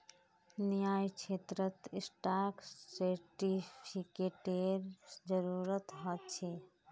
न्यायक्षेत्रत स्टाक सेर्टिफ़िकेटेर जरूरत ह छे